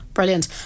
Brilliant